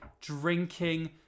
drinking